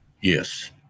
Yes